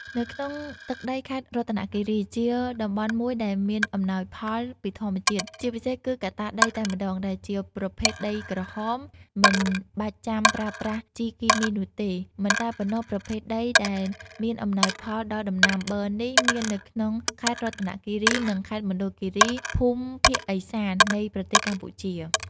នៅក្នុងទឹកដីខេត្តរតនគិរី ជាតំបន់មួយដែលមានអំណោយផលពីធម្មជាតិ ជាពិសេសគឺកត្តាដីតែម្តង ដែលជាប្រភេទដីក្រហម មិនបាច់ចាំប្រើប្រាស់ជីគីមីនោះទេ មិនតែប៉ុណ្ណោះប្រភេទដីដែលមានអំណោយផលដល់ដំណាំប័រនេះ មាននៅក្នុងខេត្តរតនគិរី និងខេត្តមណ្ឌលគិរី ភូមិភាគឦសាន នៃប្រទេសកម្ពុជា។